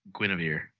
Guinevere